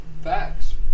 Facts